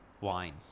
Wine